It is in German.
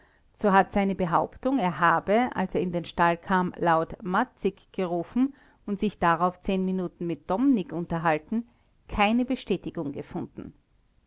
so hat seine behauptung er habe als er in den stall kam laut matzick gerufen und sich darauf zehn minuten mit dommning unterhalten keine bestätigung gefunden